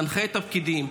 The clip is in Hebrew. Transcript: תנחה תפקידים.